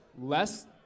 Less